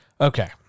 Okay